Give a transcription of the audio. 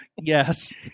yes